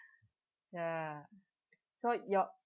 ya so your